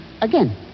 Again